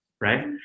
right